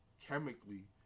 chemically